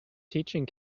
teaching